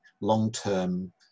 long-term